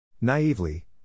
Naively